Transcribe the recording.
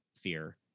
fear